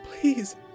please